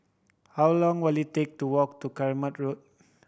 how long will it take to walk to Kramat Road